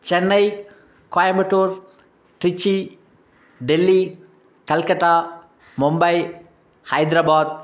Chennai Coimbatore Trichy Delhi Calcutta Mumbai Hyderabad